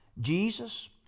Jesus